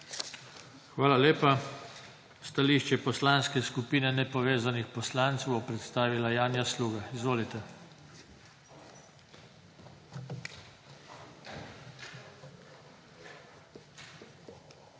Hvala lepa. Stališče Poslanske skupine nepovezanih poslancev bo predstavila Janja Sluga. Izvolite.